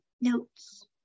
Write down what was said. notes